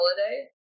holiday